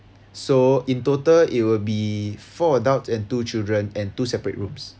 so in total it will be four adults and two children and two separate rooms